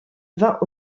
vingt